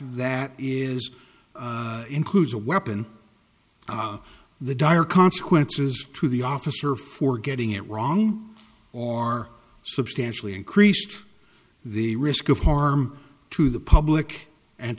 that is includes a weapon the dire consequences to the officer for getting it wrong or substantially increased the risk of harm to the public and